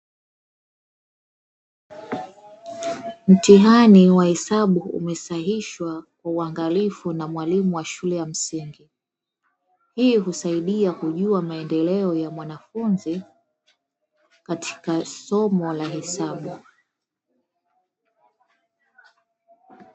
Mtihani wa hesabu umesahihishwa kwa uangalifu na mwalimu wa shule ya msingi, hii husaidia kujua maendeleo ya mwanafunzi katika somo la hesabu.